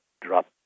drop